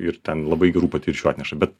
ir ten labai gerų patirčių atneša bet